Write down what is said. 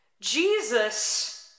Jesus